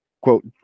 quote